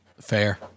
Fair